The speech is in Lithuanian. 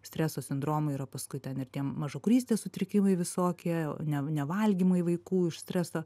streso sindromų yra paskui ten ir tie mažakraujystės sutrikimai visokie ne nevalgymai vaikų iš streso